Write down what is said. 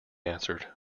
answered